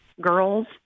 girls